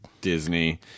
Disney